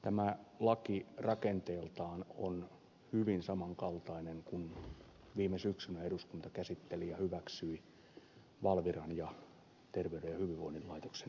tämä laki rakenteeltaan on hyvin samankaltainen kuin viime syksynä eduskunta käsitteli ja hyväksyi valviran ja terveyden ja hyvinvoinnin laitoksen perustamisen